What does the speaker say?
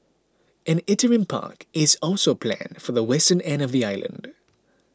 an interim park is also planned for the western end of the island